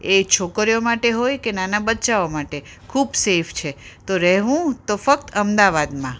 એ છોકરીઓ માટે હોય કે નાનાં બચ્ચાઓ માટે ખૂબ સેફ છે તો રહેવું તો ફક્ત અમદાવાદમાં